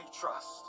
trust